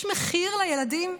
יש מחיר לילדים?